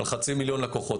על חצי מיליון לקוחות,